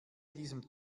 diesem